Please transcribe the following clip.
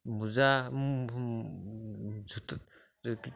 বোজা জোতা এইটো কি